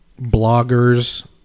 bloggers